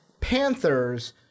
Panthers